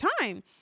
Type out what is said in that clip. time